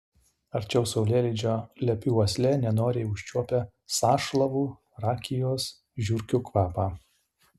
arčiau saulėlydžio lepi uoslė nenoriai užčiuopia sąšlavų rakijos žiurkių kvapą